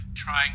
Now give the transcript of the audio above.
Trying